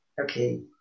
okay